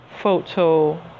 photo